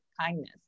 kindness